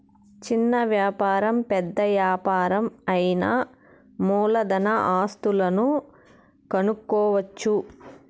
చిన్న వ్యాపారం పెద్ద యాపారం అయినా మూలధన ఆస్తులను కనుక్కోవచ్చు